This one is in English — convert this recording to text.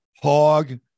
hog